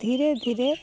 ଧୀରେ ଧୀରେ